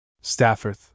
Stafford